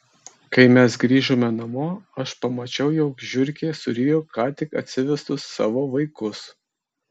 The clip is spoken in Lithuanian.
kai mes grįžome namo aš pamačiau jog žiurkė surijo ką tik atsivestus savo vaikus